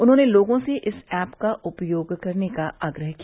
उन्होंने लोगों से इस ऐप का उपयोग करने का आग्रह किया